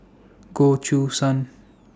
Goh Choo San